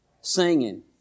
Singing